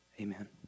Amen